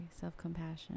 self-compassion